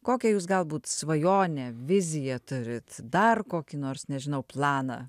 kokią jūs galbūt svajonę viziją turit dar kokį nors nežinau planą